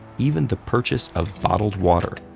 even the purchase of bottled water.